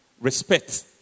respect